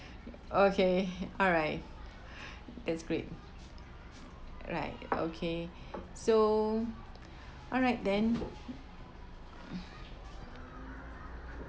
okay alright that's great right okay so alright then